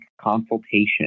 consultation